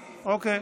אוקיי.